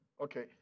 Okay